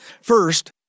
First